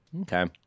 Okay